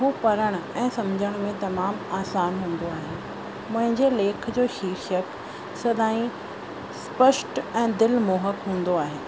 पढ़ण ऐं समुझण में तमामु आसान हूंदो आहे मुंहिंजे लेख जो शीर्षक सदाईं स्पष्ट ऐं दिलमोहक हूंदो आहे